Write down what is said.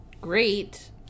great